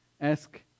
ask